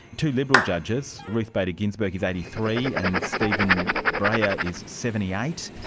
two liberal judges, ruth bader ginsburg is eighty three and stephen breyer is seventy eight.